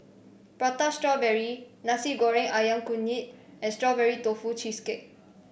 Prata Strawberry Nasi Goreng ayam Kunyit and Strawberry Tofu Cheesecake